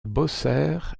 bosser